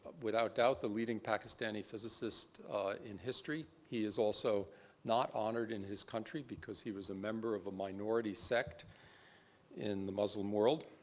without doubt, the leading pakistani physicist in history. he is also not honored in his country because he was a member of a minority sect in the muslim world.